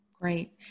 Great